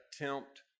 attempt